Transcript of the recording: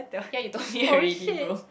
yea you told me already bro